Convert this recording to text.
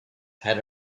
had